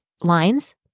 lines